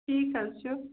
ٹھیٖک حظ چھُ